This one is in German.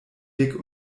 dick